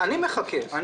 אני מחכה.